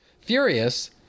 Furious